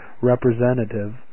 representative